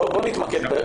בואו נתמקד.